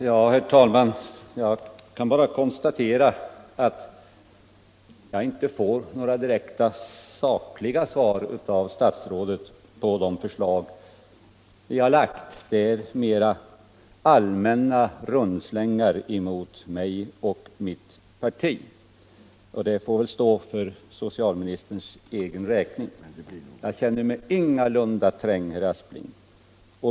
Herr talman! Jag kan bara konstatera att jag inte får några direkta sakliga svar av statsrådet beträffande de förslag vi framställt. Det är mera av allmänna rundslängar mot mig och mitt parti, och dessa får väl stå för socialministerns egen räkning. Jag känner mig ingalunda trängd, herr Aspling.